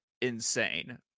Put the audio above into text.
insane